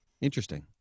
interesting